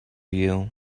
you